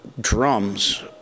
drums